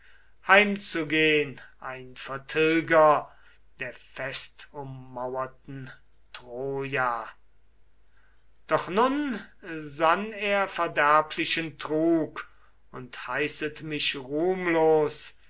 heimzugehn ein vertilger der festummauerten troja doch nun sann er verderblichen trug und heißet mich ruhmlos